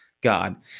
God